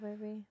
baby